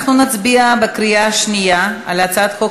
אנחנו נצביע בקריאה שנייה על הצעת חוק